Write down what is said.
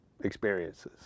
experiences